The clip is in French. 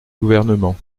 gouvernement